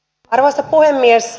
arvoisa puhemies